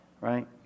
right